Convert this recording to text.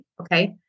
okay